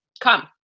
Come